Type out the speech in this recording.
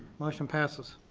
motion passes.